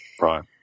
Right